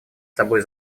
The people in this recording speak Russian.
собой